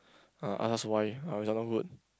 uh ask why our result not good